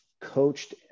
coached